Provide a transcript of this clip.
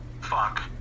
fuck